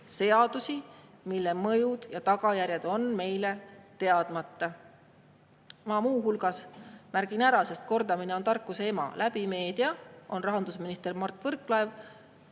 seadusi, mille mõju ja tagajärjed on meile teadmata. Ma muuhulgas märgin ära, sest kordamine on tarkuse ema, et meedias on rahandusminister Mart Võrklaev